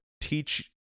teach